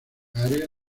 área